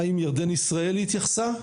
משהו.